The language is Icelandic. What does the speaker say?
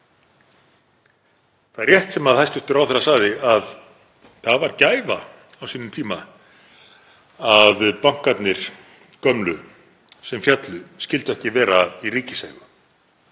Það er rétt sem hæstv. ráðherra sagði að það var gæfa á sínum tíma að bankarnir gömlu sem féllu skyldu ekki vera í ríkiseigu.